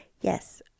Yes